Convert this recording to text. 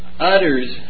utters